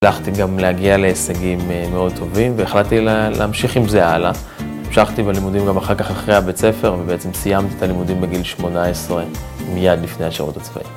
הצלחתי גם להגיע להישגים מאוד טובים, והחלטתי להמשיך עם זה הלאה. המשכתי בלימודים גם אחר כך אחרי הבית ספר ובעצם סיימתי את הלימודים בגיל 18 מיד לפני השרות הצבאי